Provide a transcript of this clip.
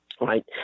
right